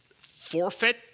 forfeit